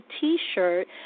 t-shirt